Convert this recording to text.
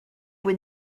fwy